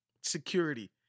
security